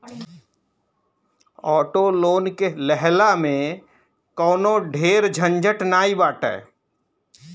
auto loan के लेहला में कवनो ढेर झंझट नाइ बाटे